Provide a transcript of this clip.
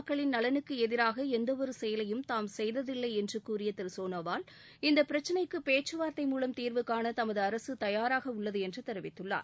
மக்களின் நலனுக்கு எதிராக எந்த ஒரு செயலையும் தாம் செய்ததில்லை அசாம் என்று கூறியுள்ள திரு சோனோவால் இந்த பிரச்சனைக்கு பேச்சுவார்த்தை மூலம் தீர்வு காண தமது அரசு தயாராக உள்ளது என்று தெரிவித்துள்ளார்